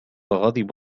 غاضب